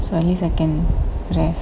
so at least I can rest